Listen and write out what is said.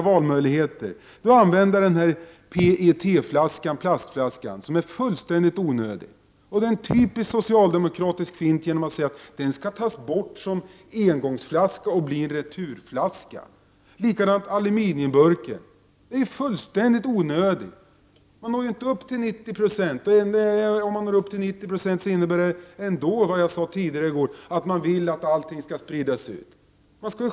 Det är för det första PET-flaskan, plastflaskan som är fullkomligt onödig. Det är en typisk socialdemokratisk fint att säga att den skall tas bort som engångsflaska och bli en returflaska. För det andra har vi aluminiumburken. Det är likadant med den. Den är fullkomligt onödig. Man når inte upp till 90 96 återvinning. Om man når upp till 90 26 återvinning innebär det, som jag sade i går, att man vill att allting skall spridas ut.